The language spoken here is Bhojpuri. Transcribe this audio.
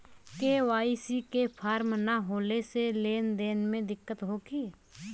के.वाइ.सी के फार्म न होले से लेन देन में दिक्कत होखी?